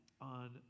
on